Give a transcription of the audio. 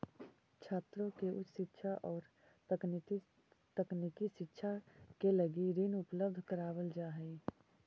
छात्रों के उच्च शिक्षा औउर तकनीकी शिक्षा के लगी ऋण उपलब्ध करावल जाऽ हई